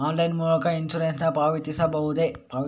Online ಮೂಲಕ insurance ನ್ನು ಪಾವತಿಸಬಹುದೇ?